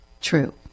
true